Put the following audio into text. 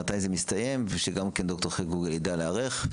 מתי זה מסתיים ושגם כן ד"ר חן קוגל יידע להיערך,